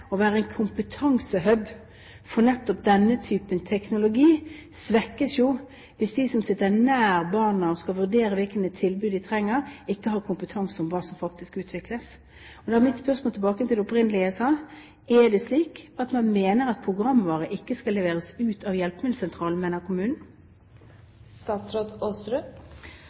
å være en «kompetansehub» for nettopp denne typen teknologi svekkes jo hvis de som sitter nær barna og skal vurdere hvilke tilbud de trenger, ikke har kompetanse om hva som faktisk utvikles. Da er mitt spørsmål – tilbake til det opprinnelige: Er det slik at man mener at programvare ikke skal leveres ut av hjelpemiddelsentralene, men av